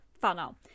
funnel